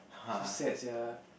so sad sia